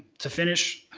to finish,